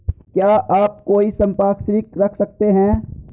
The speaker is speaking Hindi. क्या आप कोई संपार्श्विक रख सकते हैं?